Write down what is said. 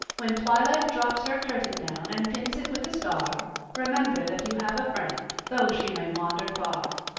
when twilight drops her curtain down and pins it with a star remember that you have a friend though she may wander far.